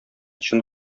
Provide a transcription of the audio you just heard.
чын